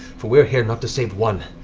for we're here not to save one,